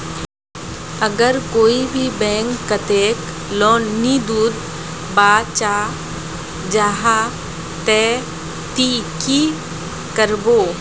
अगर कोई भी बैंक कतेक लोन नी दूध बा चाँ जाहा ते ती की करबो?